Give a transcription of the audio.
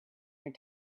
your